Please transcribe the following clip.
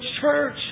church